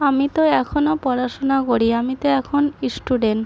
আমি তো এখনো পড়াশোনা করি আমি তো এখন স্টুডেন্ট